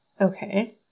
Okay